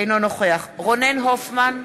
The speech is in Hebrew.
אינו נוכח רונן הופמן,